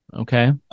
Okay